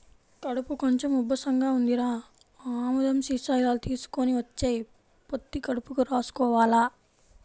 కడుపు కొంచెం ఉబ్బసంగా ఉందిరా, ఆ ఆముదం సీసా ఇలా తీసుకొని వచ్చెయ్, పొత్తి కడుపుకి రాసుకోవాల